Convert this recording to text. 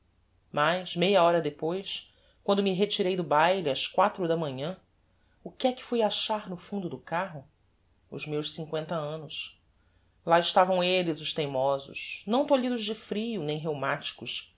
mas meia hora depois quando me retirei do baile ás quatro da manhã o que é que fui achar no fundo do carro os meus cincoenta annos lá estavam elles os teimosos não tolhidos de frio nem rheumaticos